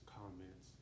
comments